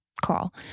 call